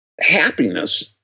happiness